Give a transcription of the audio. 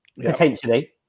potentially